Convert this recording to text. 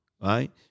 Right